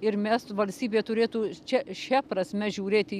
ir mes valstybė turėtų čia šia prasme žiūrėti